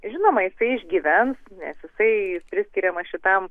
žinoma jisai išgyvens nes jisai priskiriamas šitam